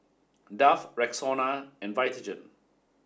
Dove Rexona and Vitagen